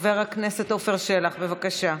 חבר הכנסת עפר שלח, בבקשה.